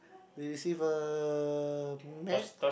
we receive a mat